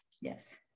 Yes